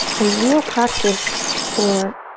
a real practice for